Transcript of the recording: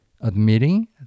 admitting